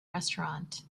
restaurant